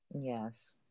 yes